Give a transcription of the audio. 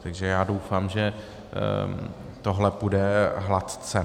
Takže já doufám, že tohle půjde hladce.